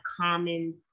common